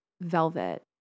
Velvet